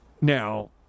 Now